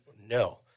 No